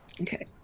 Okay